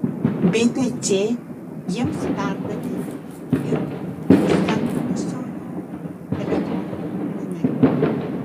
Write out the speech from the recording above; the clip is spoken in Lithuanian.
bpc jiems perdavė ir skambinusiojo telefono numerį